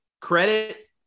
credit